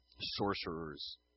sorcerers